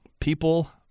People